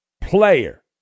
player